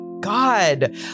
god